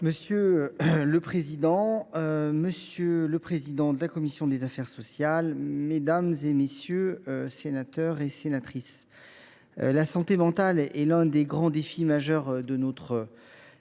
Monsieur le président, monsieur le président de la commission des affaires sociales, mesdames, messieurs les sénateurs, la santé mentale est l’un des grands défis de notre